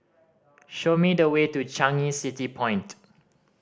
show me the way to Changi City Point